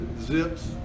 zips